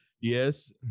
Yes